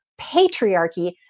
patriarchy